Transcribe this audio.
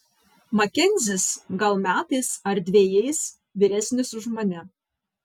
makenzis gal metais ar dvejais vyresnis už mane